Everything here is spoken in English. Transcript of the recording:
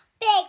Big